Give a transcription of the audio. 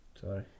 Sorry